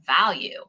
value